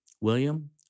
William